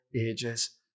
ages